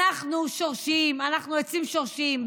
אנחנו שורשיים, אנחנו עצים שורשיים.